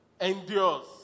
endures